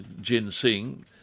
ginseng